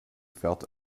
felt